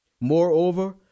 Moreover